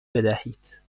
بدهید